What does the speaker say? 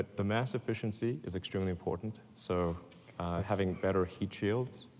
the mass efficiency is extremely important, so having better heat shields